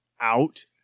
out